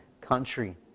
country